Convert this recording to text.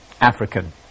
African